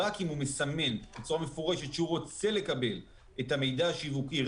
רק אם הוא מסמן בצורה מפורשת שהוא רוצה לקבל את המידע השיווקי,